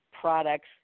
products